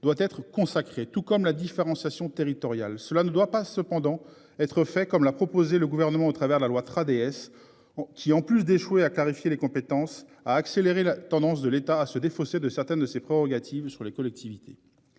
doit être consacré tout comme la différenciation territoriale, cela ne doit pas cependant être fait, comme l'a proposé le gouvernement au travers de la loi 3DS. Qui en plus d'échouer à clarifier les compétences à accélérer la tendance de l'État se défausser de certaines de ses prérogatives sur les collectivités.